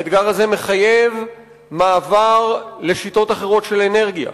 האתגר הזה מחייב מעבר לשיטות אחרות של אנרגיה,